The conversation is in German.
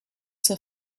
zur